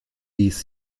ist